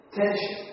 tension